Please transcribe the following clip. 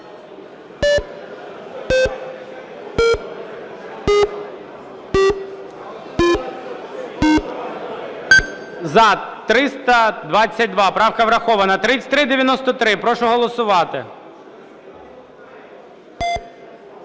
За-322 Правка врахована. 3393. Прошу голосувати.